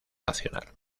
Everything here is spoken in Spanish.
nacional